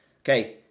okay